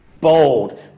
Bold